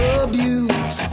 abuse